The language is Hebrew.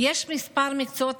יש כמה מקצועות